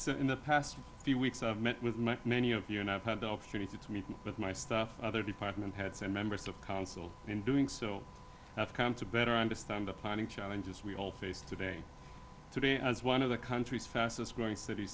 so in the past few weeks i've met with many of you and i've had the opportunity to meet with my stuff other department heads and members of council in doing so i've come to better understand the planning challenges we all face today today as one of the country's fastest growing cit